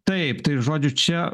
taip tai žodžiu čia